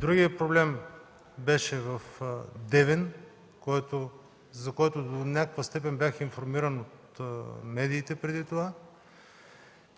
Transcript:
Другият проблем беше в Девин, за който до някаква степен бях информиран от медиите преди това.